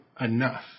enough